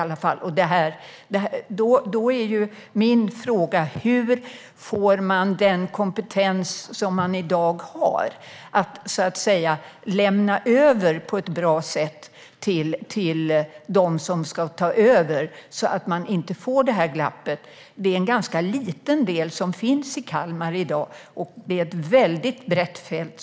Då är min fråga: Hur kan den kompetens som i dag finns lämnas över på ett bra sätt till dem som ska ta över, så att det inte blir ett glapp? Det är en ganska liten del som finns i Kalmar i dag, och det handlar om ett väldigt brett fält.